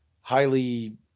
highly